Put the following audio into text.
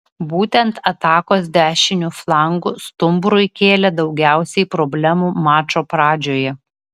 būtent atakos dešiniu flangu stumbrui kėlė daugiausiai problemų mačo pradžioje